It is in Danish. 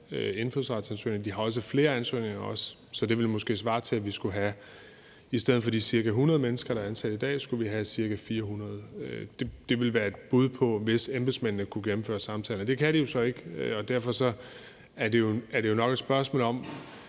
indfødsretsansøgninger. De har også flere ansøgninger end os, så det ville måske svare til, at vi i stedet for de ca. 100 mennesker, der er ansat i dag, skulle have ca. 400. Det ville være et bud på det, hvis embedsmændene kunne gennemføre samtalerne. Det kan de jo så ikke, og derfor er det nok et spørgsmål om,